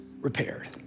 repaired